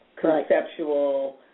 conceptual